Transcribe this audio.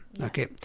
Okay